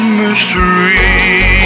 mystery